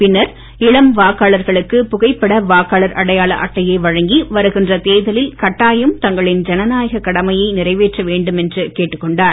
பின்னர் இளம் வாக்காளர்களுக்கு புகைப்பட வாக்காளர் அடையாள அட்டையை வழங்கி வருகின்ற தேர்தலில் கட்டாயம் தங்களின் ஜனநாயக கடமையை நிறைவேற்ற வேண்டும் என்று கேட்டுக்கொண்டார்